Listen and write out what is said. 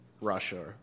Russia